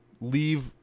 leave